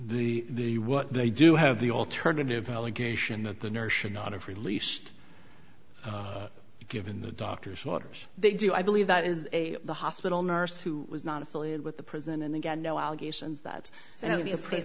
the the what they do have the alternative allegation that the nurse should not have released given the doctor's orders they do i believe that is the hospital nurse who was not affiliated with the prison and again no allegations that it would be a space